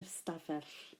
ystafell